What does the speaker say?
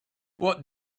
what